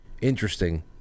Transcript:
Interesting